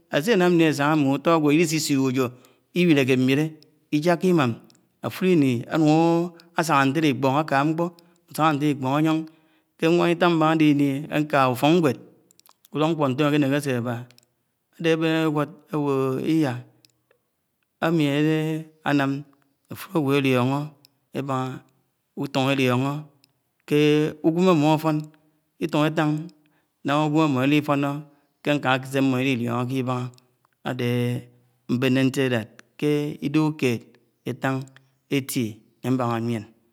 Áse ńamlie ásahá ḱed nńe úto aǵwo áliśi Śiohó újo, iw̃ilekè ńwile, Ićhiaḱo Imam, afulo íni, ánuk asahá ntele Ikpon aka nkpo, asaha ńtelé Iḱpón áyon śe ñwana Itan ḿbaha áde ińi ãka úfok ńwed Úlok ńkpo, ntom akeneke ase abah, ami alańam áfulo aǵwo éliono ébana, Útun eliọnọ ké úgwén ámmo afo̱. Itun etán ńahá ugwém ámo ánifóno ke nkán áke se ámo áliliónoke Ibaha ád ńbene ńche ké idéhe Uḱed etán éti ebána áyon.